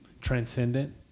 transcendent